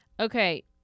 Okay